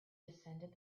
descended